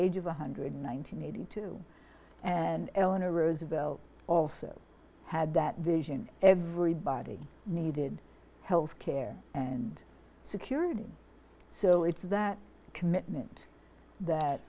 age of one hundred nine hundred eighty two and eleanor roosevelt also had that vision everybody needed health care and security so it's that commitment that